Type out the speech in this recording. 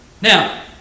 Now